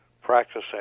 practicing